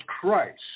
Christ